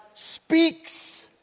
Speaks